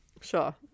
sure